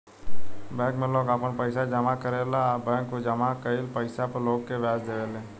bank में लोग आपन पइसा जामा करेला आ बैंक उ जामा कईल पइसा पर लोग के ब्याज देवे ले